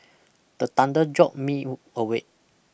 the thunder jolt me awake